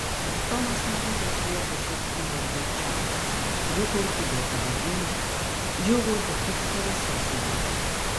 tomas norėjo išlieti širdgėlą dėl čako džiūgauti dėl pabėgimo džiūgauti kad teresa su juo